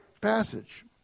passage